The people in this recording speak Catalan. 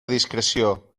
discreció